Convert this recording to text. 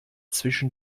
zwischen